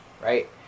Right